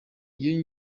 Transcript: iyo